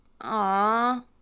Aw